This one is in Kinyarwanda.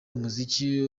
umuziki